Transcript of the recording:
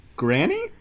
Granny